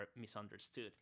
misunderstood